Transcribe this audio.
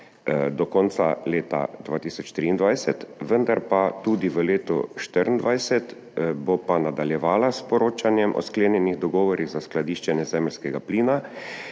do konca leta 2023, vendar pa tudi v letu 2024. Nadaljevala bo s poročanjem o sklenjenih dogovorih za skladiščenje zemeljskega plina,